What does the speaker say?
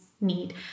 need